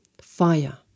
Fire